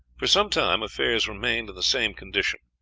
for some time affairs remained in the same condition.